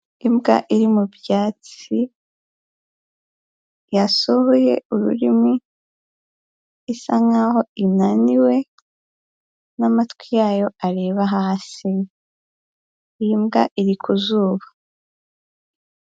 Imbwa iri mu byatsi, yasohoye ururimi, isa nkaho inaniwe, n'amatwi yayo areba hasi, imbwa iri ku zuba.